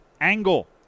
angle